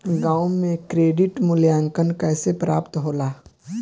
गांवों में क्रेडिट मूल्यांकन कैसे प्राप्त होला?